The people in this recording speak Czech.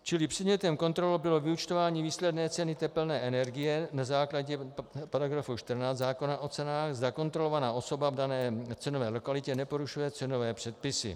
Čili předmětem kontrol bylo vyúčtování výsledné ceny tepelné energie na základě § 14 zákona o cenách, zda kontrolovaná osoba v dané cenové lokalitě neporušuje cenové předpisy.